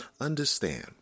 understand